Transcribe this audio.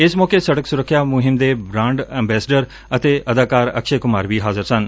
ਇਸ ਮੌਕੇ ਸੜਕ ਸੁਰੱਖਿਆ ਮੁਹਿੰਮ ਦੇ ਬੂਾਂਡ ਅੰਬੈਸਡਰ ਅਤੇ ਅਦਾਕਾਰ ਅਕਸ਼ੈ ਕੁਮਾਰ ਵੀ ਹਾਜ਼ਰ ਸਨ